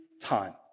time